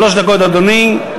שלוש דקות, אדוני.